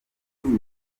izina